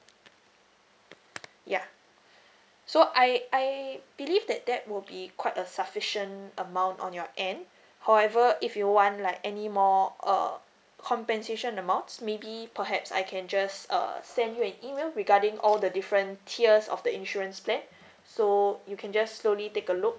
yeah so I I believe that that will be quite a sufficient amount on your end however if you want like any more err compensation amounts maybe perhaps I can just uh send you an email regarding all the different tiers of the insurance plan so you can just slowly take a look